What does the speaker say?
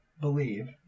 believe